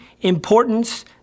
importance